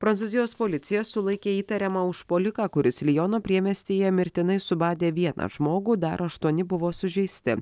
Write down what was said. prancūzijos policija sulaikė įtariamą užpuoliką kuris liono priemiestyje mirtinai subadė vieną žmogų dar aštuoni buvo sužeisti